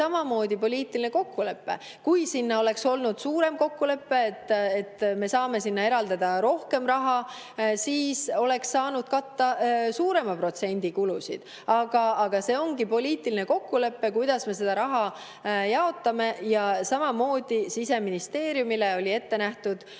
samamoodi poliitiline kokkulepe. Kui oleks olnud kokkulepe suurema summa peale, et me saame sinna eraldada rohkem raha, siis oleks saanud katta suurema protsendi kulusid. See ongi poliitiline kokkulepe, kuidas me seda raha jaotame. Samamoodi Siseministeeriumile oli ette nähtud